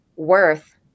worth